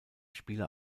spieler